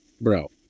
Bro